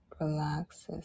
relaxes